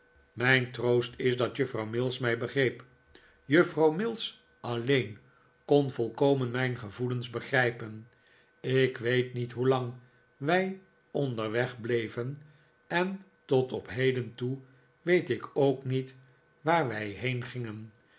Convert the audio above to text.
mijn troost is dat juffrouw mills mij begreep juffrouw mills alleen kon volkomen mijn gevoelens begrijpen ik weet niet hoelang wij onderweg bleven en tot op heden toe weet ik ook niet waar wij heen gingen